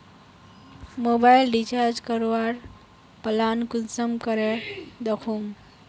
Mobile recharge करवार plan कुंसम करे दखुम?